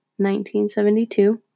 1972